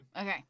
Okay